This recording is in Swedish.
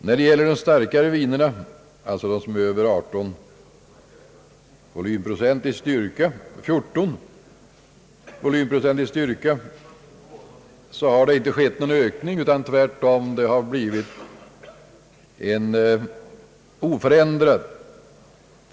När det gäller de starkare vinerna har det inte skett någon ökning, utan det har tvärtom blivit en oförändrad försäljning.